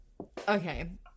Okay